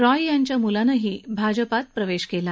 रॉय यांच्या मुलानंही भाजपात प्रवेश केला